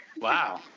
Wow